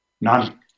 None